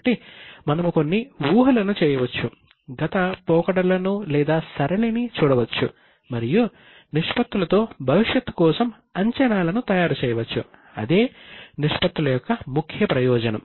కాబట్టి మనము కొన్ని ఊహలను చేయవచ్చు గత పోకడలను లేదా సరళిని చూడవచ్చు మరియు నిష్పత్తులతో భవిష్యత్తు కోసం అంచనాలను తయారు చేయవచ్చు అదే నిష్పత్తుల యొక్క ముఖ్య ప్రయోజనం